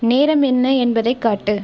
நேரம் என்ன என்பதைக் காட்டு